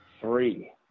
three